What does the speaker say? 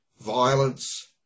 violence